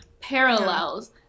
parallels